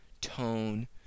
tone